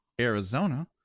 Arizona